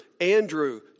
Andrew